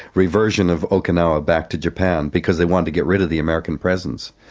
reversion of okinawa back to japan, because they want to get rid of the american presence.